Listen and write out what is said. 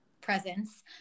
presence